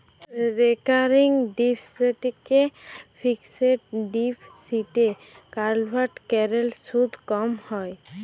recurring ডিপসিটকে fixed ডিপসিটে convert ক্যরলে সুদ ক্যম হ্যয়